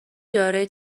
دارای